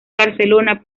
barcelona